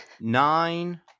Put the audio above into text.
Nine